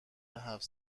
هفت